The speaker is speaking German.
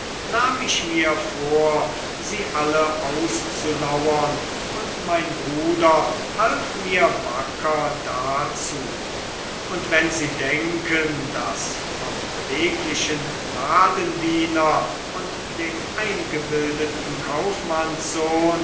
nahm ich mir vor sie alle auszulauern und mein bruder half mir wacker dazu und wenn sie denken daß vom beweglichen ladendiener und dem eingebildeten